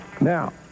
Now